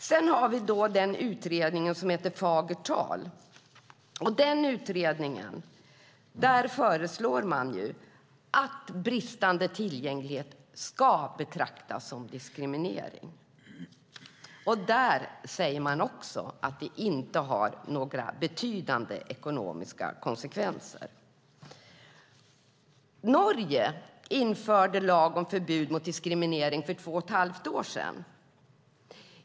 Vi har en utredning som heter Bortom fagert tal . I den utredningen föreslår man att bristande tillgänglighet ska betraktas som diskriminering. Man säger också att det inte har några betydande ekonomiska konsekvenser. Norge införde en lag om förbud mot diskriminering för två och ett halvt år sedan.